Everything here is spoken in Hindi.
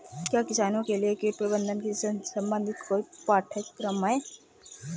क्या किसानों के लिए कीट प्रबंधन से संबंधित कोई पाठ्यक्रम है?